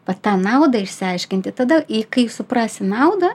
vat tą naudą išsiaiškinti tada kai suprasi naudą